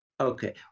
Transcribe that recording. Okay